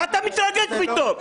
מה אתה מתרגש פתאום?